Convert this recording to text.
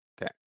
Okay